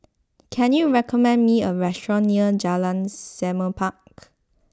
can you recommend me a restaurant near Jalan Semerbak